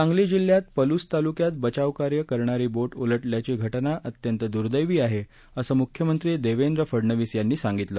सांगली जिल्ह्यात पलूस ताल्क्यात बचावकार्य करणारी बोट उलटल्याची घटना अत्यंत द्दैवी आहे असं म्ख्यमंत्री देवेंद्र फडणवीस यांनी सांगितलं